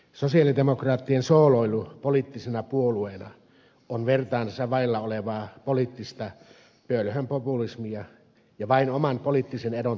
sosialidemokraattien sooloilu poliittisena puolueena on vertaansa vailla olevaa poliittista pölhön populismia ja vain oman poliittisen edun tavoittelua